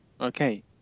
Okay